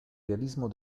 realismo